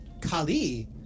Kali